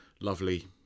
lovely